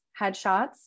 headshots